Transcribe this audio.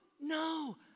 No